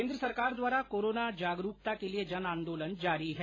केन्द्र सरकार द्वारा कोराना जागरूकता के लिए जन आंदोलन जारी है